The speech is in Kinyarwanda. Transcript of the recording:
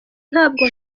ntabwo